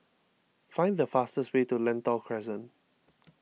find the fastest way to Lentor Crescent